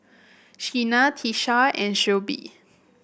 Sheena Tisha and Shelbie